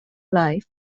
life